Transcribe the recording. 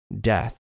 death